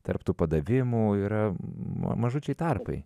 tarp tų padavimų yra mažučiai tarpai